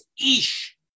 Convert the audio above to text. Ish